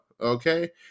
okay